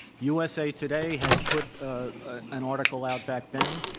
usa today had put ah an article out back then.